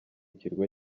kirwa